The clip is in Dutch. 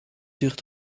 duurt